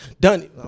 Done